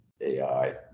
AI